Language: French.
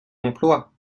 emplois